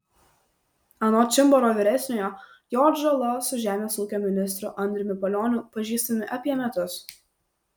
anot čimbaro vyresniojo jo atžala su žemės ūkio ministru andriumi palioniu pažįstami apie metus